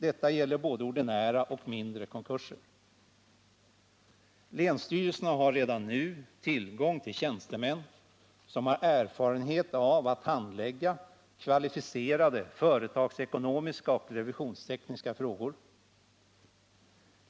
Detta gäller både ordinära och mindre konkurser. Länsstyrelserna har redan nu tillgång till tjänstemän som har erfarenhet av att handlägga kvalificerade företagsekonomiska och revisionstekniska frågor.